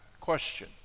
question